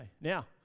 Now